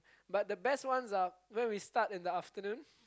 but the best ones are where we start in the afternoon